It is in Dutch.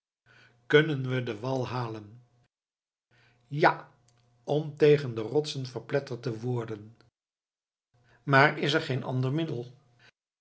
kunnen we den wal halen ja om tegen de rotsen verpletterd te worden maar is er geen ander middel